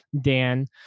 Dan